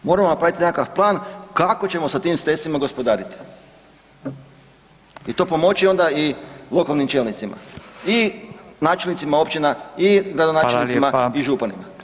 Moramo napraviti nekakav plan kako ćemo sa tim sredstvima gospodariti i to pomoći onda i lokalnim čelnicima i načelnicima općina i gradonačelnicima i županima.